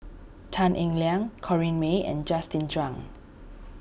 Tan Eng Liang Corrinne May and Justin Zhuang